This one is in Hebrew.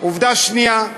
עובדה שנייה,